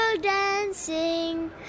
dancing